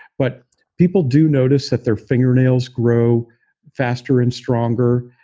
but people do notice that their fingernails grow faster and stronger.